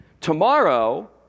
tomorrow